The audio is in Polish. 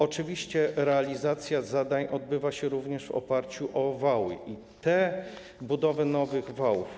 Oczywiście realizacja zadań odbywa się również w oparciu o wały, budowę nowych wałów.